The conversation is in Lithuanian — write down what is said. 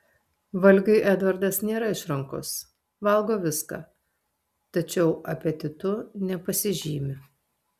valgiui edvardas nėra išrankus valgo viską tačiau apetitu nepasižymi